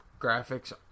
graphics